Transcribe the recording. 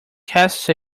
casts